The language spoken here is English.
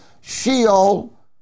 Sheol